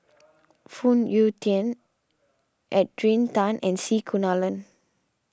Phoon Yew Tien Adrian Tan and C Kunalan